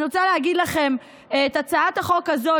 אני רוצה להגיד לכם שאת הצעת החוק הזאת,